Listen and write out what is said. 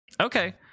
Okay